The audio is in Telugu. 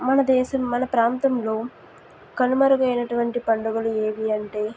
మన దేశం మన ప్రాంతంలో కనుమరుగైనటువంటి పండుగలు ఏవి అంటే